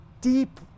deep